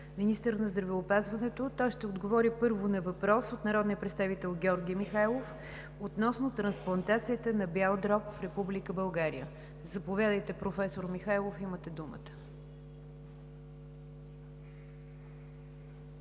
министър на здравеопазването. Той ще отговори, първо, на въпрос от народния представител Георги Михайлов относно трансплантацията на бял дроб в Република България. Заповядайте, професор Михайлов. Имате думата.